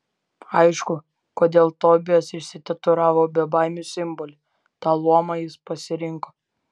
aišku kodėl tobijas išsitatuiravo bebaimių simbolį tą luomą jis pasirinko